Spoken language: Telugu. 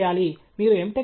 చేయాలి మీరు M